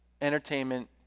entertainment